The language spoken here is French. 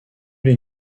les